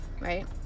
right